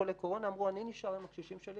חולי קורונה אמרו: אני נשאר עם הקשישים שלי